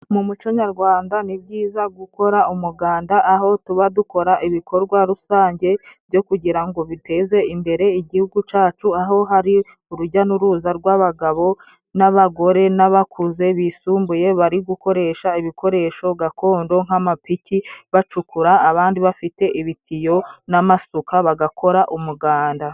Mu muco nyarwanda ni byiza gukora umuganda aho tuba dukora ibikorwa rusange byo kugira ngo biteze imbere Igihugu cyacu, aho hari urujya n'uruza rw'abagabo n'abagore n'abakuze bisumbuye bari gukoresha ibikoresho gakondo nk'amapiki, bacukura, abandi bafite ibitiyo n'amasuka bagakora umuganda.